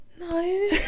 No